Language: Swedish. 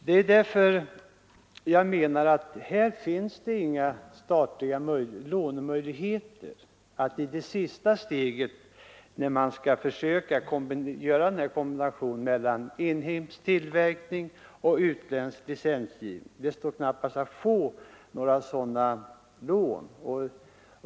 Det är därför jag menar att det inte finns några statliga lånemöjligheter i det sista steget. När man skall försöka göra den här kombinationen mellan inhemsk tillverkning och utländsk licensgivning står det knappast att få några sådana lån.